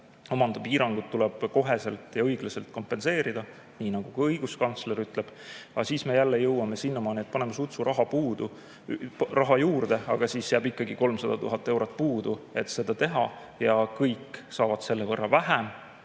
omandipiirangud tuleb kohe ja õiglaselt kompenseerida, nii nagu ka õiguskantsler ütleb, siis me jõuame jälle sinna, et paneme sutsu raha juurde, aga siis jääb ikkagi 300 000 eurot puudu, et seda teha, ja kõik saavad selle võrra vähem.